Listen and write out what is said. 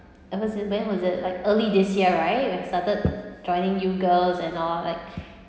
ever since when was it like early this year right when I started joining you girls and all like